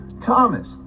Thomas